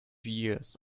years